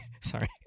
Sorry